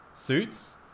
Suits